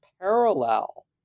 parallel